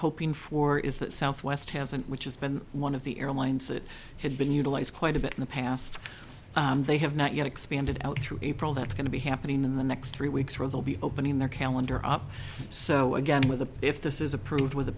hoping for is that southwest hasn't which has been one of the airlines that had been utilized quite a bit in the past they have not yet expanded out through april that's going to be happening in the next three weeks or will be opening their calendar up so again with the if this is approved with